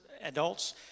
adults